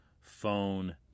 phone